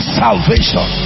salvation